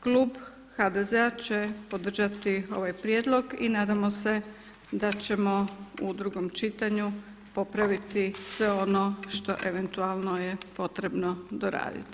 Klub HDZ-a će podržati ovaj prijedlog i nadamo se da ćemo u drugom čitanju popraviti sve ono što eventualno je potrebno doraditi.